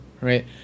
right